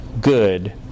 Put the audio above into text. good